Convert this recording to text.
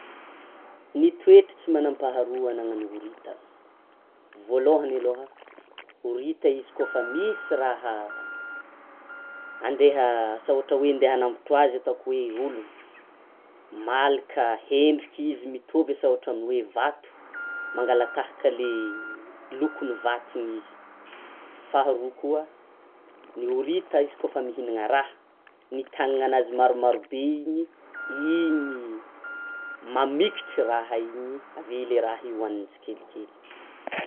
Ny toetra tsy manam-paharoa anan'ny horita, voalohany aloha, ny horita izy koa fa misy raha andeha asa ohatra hoe: andeha hanambotro azy ataoko hoe olona, malaka hendrika izy mitovy asa ohatra hoe vato; mangala tahaka le lokon'ny vato iny izy, faharoa koa, ny horita izy koa fa mihinana raha, ny tanana anazy maromarobe iny, iny mamikitra i raha iny aveo le raha iny hoaniny tsikelikely.